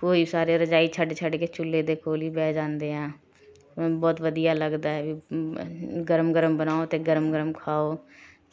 ਕੋਈ ਸਾਰੇ ਰਜਾਈ ਛੱਡ ਛੱਡ ਕੇ ਚੁੱਲ੍ਹੇ ਦੇ ਕੋਲ ਹੀ ਬਹਿ ਜਾਂਦੇ ਹਾਂ ਉ ਬਹੁਤ ਵਧੀਆ ਲੱਗਦਾ ਹੈ ਵੀ ਗਰਮ ਗਰਮ ਬਣਾਓ ਅਤੇ ਗਰਮ ਗਰਮ ਖਾਓ